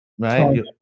Right